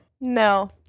No